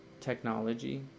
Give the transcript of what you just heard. technology